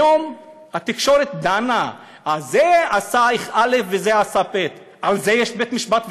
היום התקשורת דנה: זה עשה א' וזה עשה ב' אבל לזה יש בית-משפט,